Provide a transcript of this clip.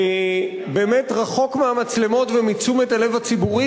באמת רחוק מהמצלמות ומתשומת הלב הציבורית